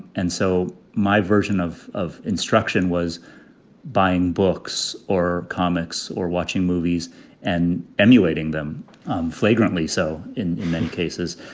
and so my version of of instruction was buying books or comics or watching movies and emulating them flagrantly. so in many cases,